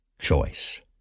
choice